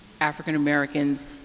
African-Americans